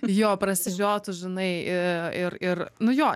jo prasižiotų žinai i ir ir nu jo